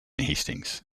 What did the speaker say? hastings